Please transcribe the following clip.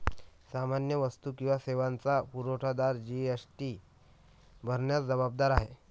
सामान्य वस्तू किंवा सेवांचा पुरवठादार जी.एस.टी भरण्यास जबाबदार आहे